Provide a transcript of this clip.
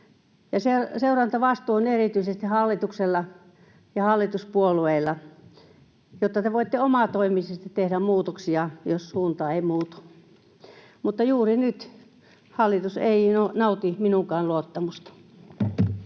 seurantavastuu on erityisesti hallituksella ja hallituspuolueilla, jotta te voitte omatoimisesti tehdä muutoksia, jos suunta ei muutu. Mutta juuri nyt hallitus ei nauti minunkaan luottamustani.